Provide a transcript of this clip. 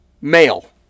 male